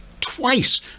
twice